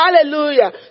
Hallelujah